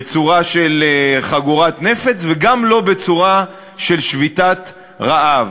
בצורה של חגורת נפץ, וגם לא בצורה של שביתת רעב.